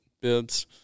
bibs